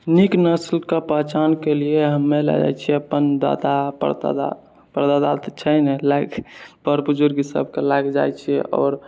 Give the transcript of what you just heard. नीक नस्लके पहिचानके लिए हमे लए जाइ छियै अपन दादा परदादा परदादा तऽ छै ने बड़ बुजुर्ग ई सबके लए कऽ जाइ छियै आओर